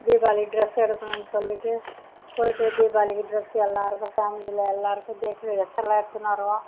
Deepavali dress எடுக்கணுன்னு சொல்லிட்டு போயிட்டு தீபாவளிக்கு ட்ரெஸ் எல்லாம் எல்லாருக்கும் ஃபேமிலியில் எல்லாருக்கும் ட்ரெஸ்ஸெல்லாம் எடுத்துன்னு வருவோம்